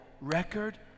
record